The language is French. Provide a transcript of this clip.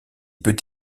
peut